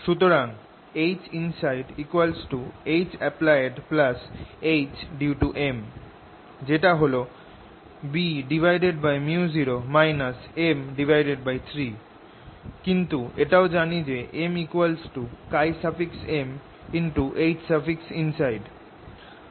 সুতরাং Hinside HappliedHdue toM যেটা হল Bµ0 M3 কিন্তু এটাও জানি যে MMHinside